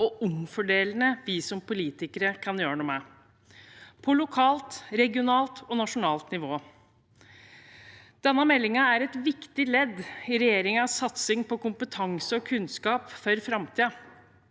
og omfordelende vi som politikere kan gjøre noe med, på lokalt, regionalt og nasjonalt nivå. Denne meldingen er et viktig ledd i regjeringens satsing på kompetanse og kunnskap for framtiden.